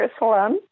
Jerusalem